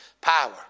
Power